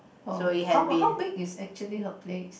oh how about how big is actually her place